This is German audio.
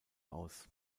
aus